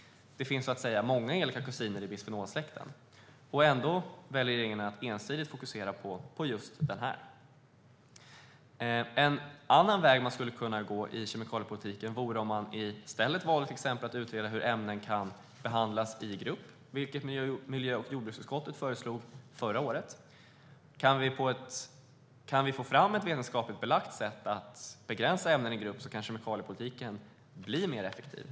Det finns många elaka kusiner i bisfenolsläkten. Ändå väljer regeringen att ensidigt fokusera på just den här. En annan väg som man skulle kunna gå inom kemikaliepolitiken är att i stället välja att till exempel utreda hur ämnen kan behandlas i grupp, vilket miljö och jordbruksutskottet föreslog förra året. Om vi kan få fram ett vetenskapligt belagt sätt för att begränsa ämnen i grupp kan kemikaliepolitiken bli mer effektiv.